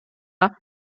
jedoch